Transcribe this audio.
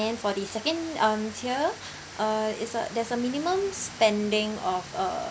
for the second um tier uh it's a there's a minimum spending of uh